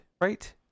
right